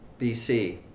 BC